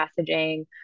messaging